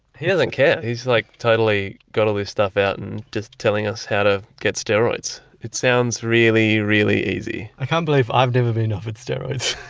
he doesn't care. he's like totally got all this stuff out and just telling us how to get steroids. it sounds really, really easy. i can't believe i've never been offered steroids.